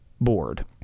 board